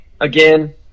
again